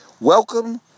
Welcome